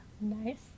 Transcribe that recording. Nice